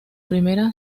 primera